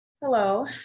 hello